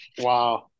Wow